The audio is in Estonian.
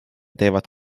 teevad